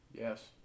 Yes